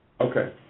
Okay